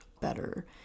better